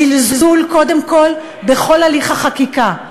זלזול קודם כול בכל הליך החקיקה,